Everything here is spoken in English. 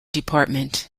department